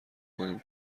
کنیم